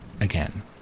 again